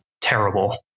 terrible